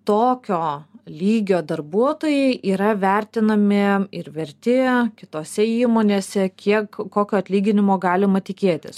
tokio lygio darbuotojai yra vertinami ir verti kitose įmonėse kiek kokio atlyginimo galima tikėtis